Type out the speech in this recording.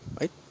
right